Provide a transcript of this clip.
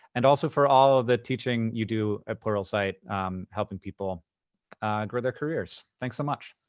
and also for all of the teaching you do at pluralsight helping people grow their careers. thanks so much.